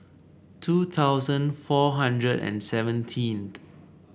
two thousand four hundred and seventeenth